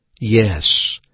Yes